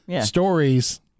stories